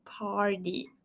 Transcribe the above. party